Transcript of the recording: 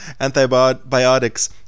antibiotics